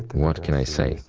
what can i say.